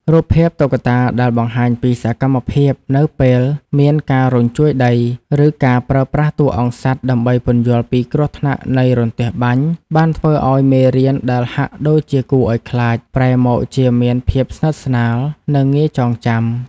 រូបភាពតុក្កតាដែលបង្ហាញពីសកម្មភាព នៅពេលមានការរញ្ជួយដី ឬការប្រើប្រាស់តួអង្គសត្វដើម្បីពន្យល់ពីគ្រោះថ្នាក់នៃរន្ទះបាញ់ បានធ្វើឱ្យមេរៀនដែលហាក់ដូចជាគួរឱ្យខ្លាច ប្រែមកជាមានភាពស្និទ្ធស្នាល និងងាយចងចាំ។